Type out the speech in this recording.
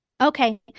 Okay